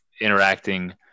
interacting